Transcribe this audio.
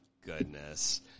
goodness